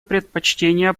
предпочтение